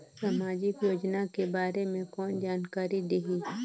समाजिक योजना के बारे मे कोन जानकारी देही?